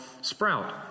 sprout